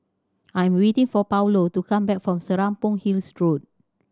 I'm waiting for Paulo to come back from Serapong Hill Road